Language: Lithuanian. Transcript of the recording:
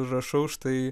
rašau štai